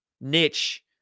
niche